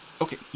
Okay